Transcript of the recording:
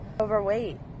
Overweight